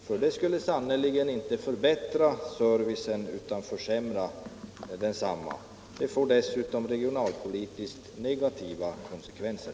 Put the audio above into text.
En sådan skulle nämligen inte förbättra servicen utan försämra densamma. Den får dessutom regionalpolitiskt negativa konsekvenser.